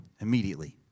Immediately